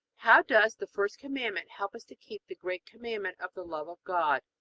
how does the first commandment help us to keep the great commandment of the love of god?